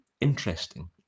interesting